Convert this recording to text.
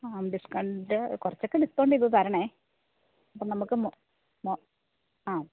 ആ ഡിസ്ക്കൗണ്ട് കുറച്ചൊക്കെ ഡിസ്ക്കൗണ്ട് ചെയ്ത് തരണേ അപ്പം നമുക്കും മൊ ആ